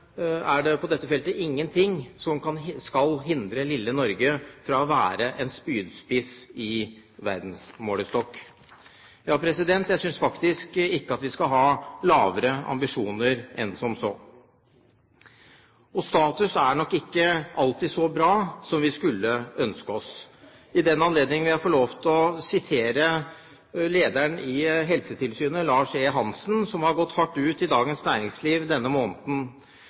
medisinske utfordring. På dette feltet er det derfor ingenting som skal hindre lille Norge i å være en spydspiss i verdensmålestokk. Jeg synes faktisk ikke at vi skal ha lavere ambisjoner enn som så. Status er nok ikke alltid så bra som vi skulle ønsket. I den anledning vil jeg få lov til å vise til direktøren i Helsetilsynet, Lars E. Hanssen, som har gått hardt ut i Dagens Næringsliv denne måneden.